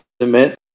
submit